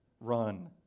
Run